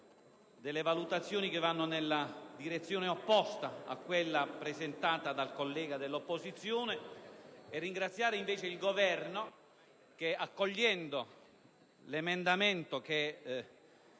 alcune valutazioni che vanno nella direzione opposta a quella seguita dal collega dell'opposizione. Ringrazio invece il Governo che, accogliendo l'emendamento